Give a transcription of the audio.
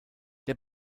der